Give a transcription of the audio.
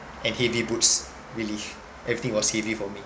and heavy boots really everything was heavy for me